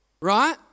right